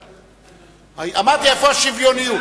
תגיד, אמרתי, איפה השוויוניות?